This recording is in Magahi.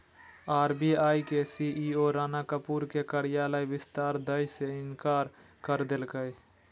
आर.बी.आई के सी.ई.ओ राणा कपूर के कार्यकाल विस्तार दय से इंकार कर देलकय